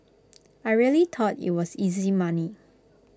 I really thought IT was easy money